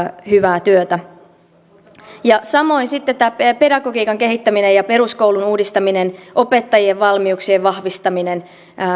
hyvää työtä samoin on sitten tämä pedagogiikan kehittäminen ja peruskoulun uudistaminen opettajien valmiuksien vahvistaminen